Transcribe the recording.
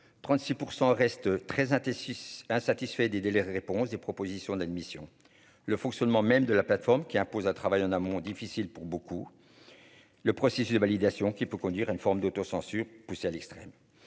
36 % reste très indécis insatisfaits des délais réponse des propositions d'admission le fonctionnement même de la plateforme qui impose un travail en amont difficile pour beaucoup, le processus de validation qui peut conduire à une forme d'autocensure, poussé à l'extrême,